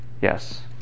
Yes